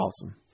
Awesome